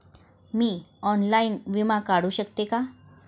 मी online विमा काढू शकते का?